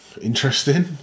Interesting